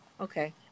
Okay